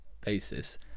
basis